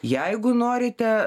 jeigu norite